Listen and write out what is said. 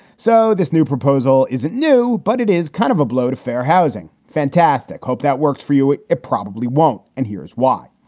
so this new proposal isn't new, but it is kind of a blow to fair housing. fantastic hope that worked for you. it it probably won't. and here's why.